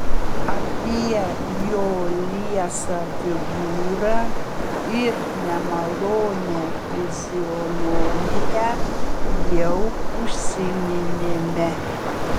apie jo liesą figūrą ir nemalonią fizionomiją jau užsiminėme